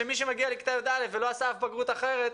מי שמגיע לכיתה י"א ולא עשה בגרות לפני כן,